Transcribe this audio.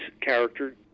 character